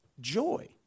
joy